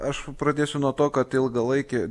aš pradėsiu nuo to kad ilgalaikė